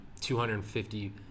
250